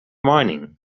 mining